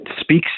speaks